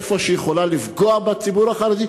איפה שהיא יכולה לפגוע בציבור החרדי,